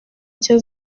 nshya